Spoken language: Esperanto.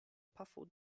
pafo